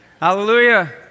Hallelujah